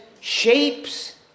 shapes